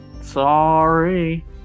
Sorry